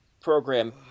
program